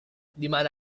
dimana